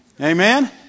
Amen